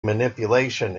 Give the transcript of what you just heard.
manipulation